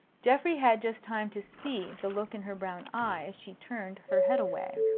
geoffrey had just time to see the look in her brown eye as she turned her head away.